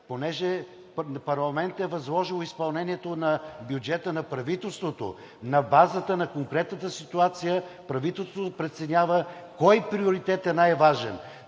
понеже парламентът е възложил изпълнението на бюджета на правителството, на базата на конкретната ситуация правителството преценява кой приоритет е най-важен